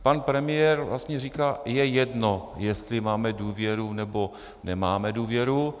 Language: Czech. Pan premiér vlastně říkal: je jedno, jestli máme důvěru, nebo nemáme důvěru.